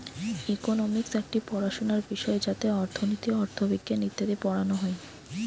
economics একটি পড়াশোনার বিষয় যাতে অর্থনীতি, অথবিজ্ঞান ইত্যাদি পড়ানো হয়